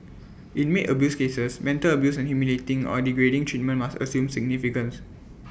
in maid abuse cases mental abuse and humiliating or degrading treatment must assume significance